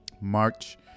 March